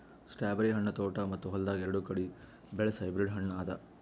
strawberry ಹಣ್ಣ ತೋಟ ಮತ್ತ ಹೊಲ್ದಾಗ್ ಎರಡು ಕಡಿ ಬೆಳಸ್ ಹೈಬ್ರಿಡ್ ಹಣ್ಣ ಅದಾ